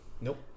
Nope